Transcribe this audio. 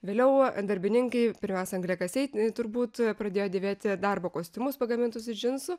vėliau darbininkai pirmiausia angliakasiai turbūt pradėjo dėvėti darbo kostiumus pagamintus iš džinsų